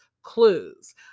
clues